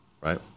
right